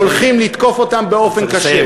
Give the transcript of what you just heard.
הולכים לתקוף אותו באופן קשה.